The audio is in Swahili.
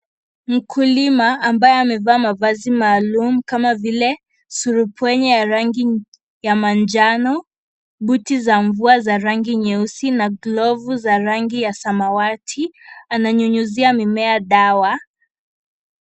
Mkuuima ambaye amevaa mavazi maalum kama vile surupwenye ya rangi ya manjano, buti za mvua za rangi nyeusi na glovu za rangi ya samawati, ananyunyizia mimea dawa.